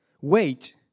wait